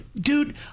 Dude